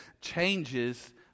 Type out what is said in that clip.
changes